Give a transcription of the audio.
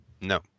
No